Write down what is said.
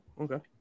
okay